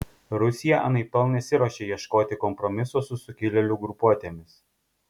rusija anaiptol nesiruošia ieškoti kompromisų su sukilėlių grupuotėmis